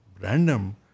random